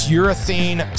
urethane